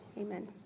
Amen